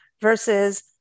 versus